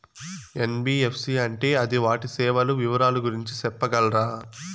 NBFC అంటే అది వాటి సేవలు వివరాలు గురించి సెప్పగలరా?